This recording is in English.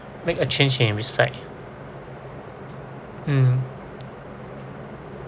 make a change and reside mm